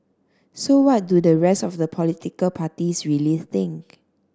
so what do the rest of the political parties really think